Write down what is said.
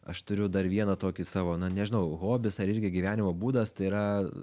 aš turiu dar vieną tokį savo na nežinau hobis ar irgi gyvenimo būdas tai yra